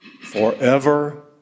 forever